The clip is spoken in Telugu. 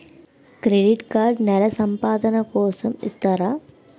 క్రెడిట్ కార్డ్ నెల సంపాదన కోసం ఇస్తారా?